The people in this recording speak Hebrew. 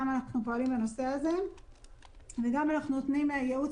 לדוגמא, רשות התעסוקה פרסמה לפני שבועיים